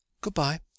Goodbye